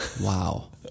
Wow